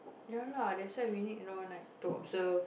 no lah that's why we need on light to observe